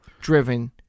driven